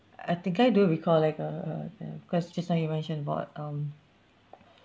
I think I do recall like uh the cause just now you mentioned about um